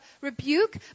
rebuke